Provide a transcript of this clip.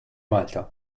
malta